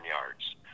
yards